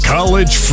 College